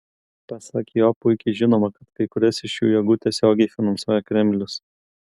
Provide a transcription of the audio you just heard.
pasak jo puikiai žinoma kad kai kurias iš šių jėgų tiesiogiai finansuoja kremlius